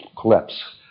collapse